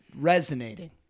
resonating